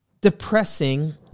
depressing